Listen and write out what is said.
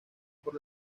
por